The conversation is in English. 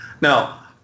Now